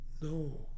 No